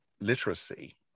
literacy